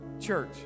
church